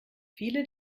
viele